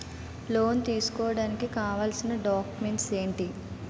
Loan తీసుకోడానికి కావాల్సిన documents ఎంటి?